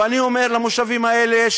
ואני אומר למושבים האלה,